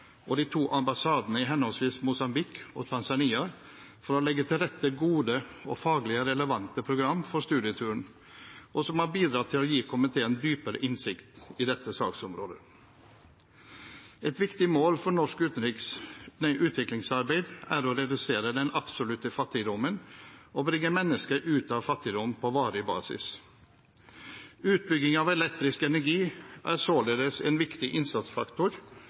og de to ambassadene i henholdsvis Mosambik og Tanzania for å legge til rette gode og faglig relevante program for studieturen, som har bidratt til å gi komiteen dypere innsikt i dette saksområdet. Et viktig mål for norsk utviklingsarbeid er å redusere den absolutte fattigdommen og bringe mennesker ut av fattigdom på varig basis. Utbygging av elektrisk energi er således en viktig innsatsfaktor